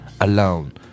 alone